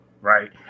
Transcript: right